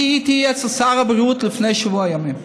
אני הייתי אצל שר האוצר לפני שבוע ימים,